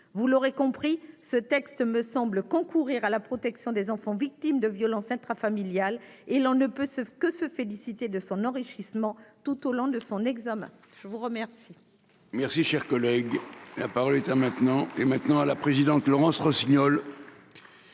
Vous l'aurez compris, ce texte me semble contribuer à la protection des enfants victimes de violences intrafamiliales. On ne peut que se féliciter de son enrichissement tout au long de son examen. La parole